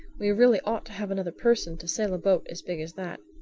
we really ought to have another person to sail a boat as big as that.